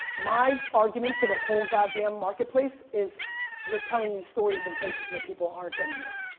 my argument to the whole god damn marketplace is you're telling the stories in places where people aren't anymore.